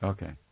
Okay